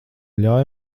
ļauj